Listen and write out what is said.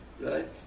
Right